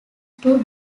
two